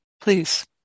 please